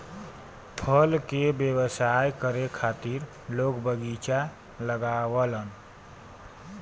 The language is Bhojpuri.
फल के व्यवसाय करे खातिर लोग बगीचा लगावलन